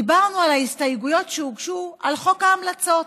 דיברנו על ההסתייגויות שהוגשו לחוק ההמלצות.